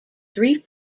three